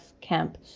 Camp